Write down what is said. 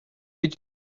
бид